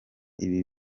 ibi